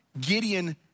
Gideon